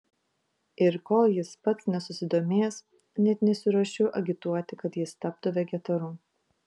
ir kol jis pats nesusidomės net nesiruošiu agituoti kad jis taptų vegetaru